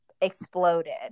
exploded